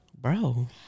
Bro